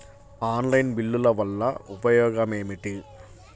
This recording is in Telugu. ఆన్లైన్ బిల్లుల వల్ల ఉపయోగమేమిటీ?